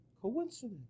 Coincidence